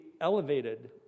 elevated